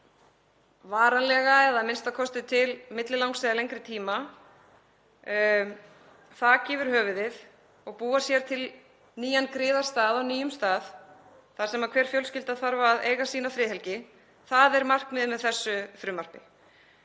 sér varanlega eða a.m.k. til millilangs eða lengri tíma þaki yfir höfuðið og búa sér til nýjan griðastað á nýjum stað, þar sem hver fjölskylda þarf að eiga sína friðhelgi, er markmiðið með þessu frumvarpi.